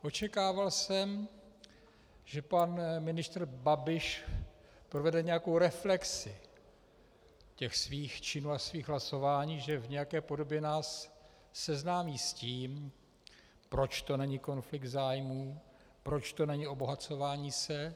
Očekával jsem, že pan ministr Babiš provede nějakou reflexi svých činů a svých hlasování, že v nějaké podobě nás seznámí s tím, proč to není konflikt zájmů, proč to není obohacování se.